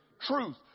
Truth